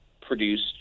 produced